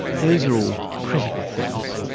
those are all critical things.